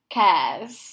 cares